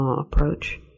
approach